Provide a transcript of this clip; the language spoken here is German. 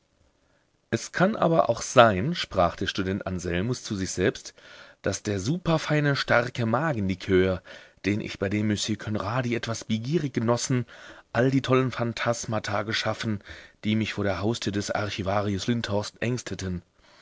es kann aber auch sein sprach der student anselmus zu sich selbst daß der superfeine starke magenlikör den ich bei dem monsieur conradi etwas begierig genossen alle die tollen phantasmata geschaffen die mich vor der haustür des archivarius lindhorst ängsteten